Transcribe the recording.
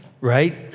right